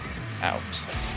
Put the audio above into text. out